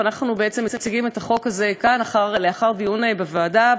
ואנחנו בעצם מציגים את החוק הזה כאן לאחר דיון בוועדה,